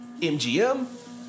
MGM